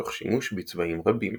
תוך שימוש בצבעים רבים.